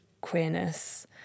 queerness